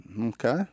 Okay